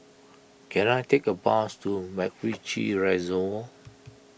can I take a bus to MacRitchie Reservoir